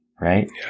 right